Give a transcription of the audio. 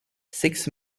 six